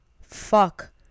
fuck